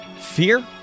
fear